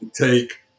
take